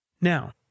Now